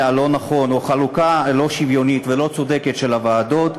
הלא-נכון או בגלל חלוקה לא שוויונית ולא צודקת של הוועדות,